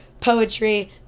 poetry